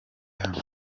hano